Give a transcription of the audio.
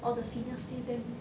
all the seniors say them